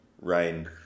Rain